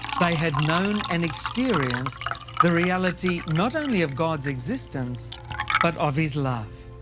they had known and experienced the reality not only of god's existence but of his love.